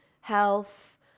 health